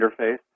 interface